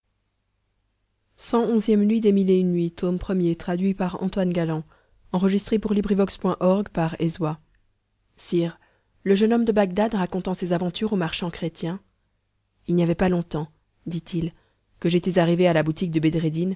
cxi nuit sire le jeune homme de bagdad racontant ses aventures au marchand chrétien il n'y avait pas longtemps dit-il que j'étais arrivé à la boutique de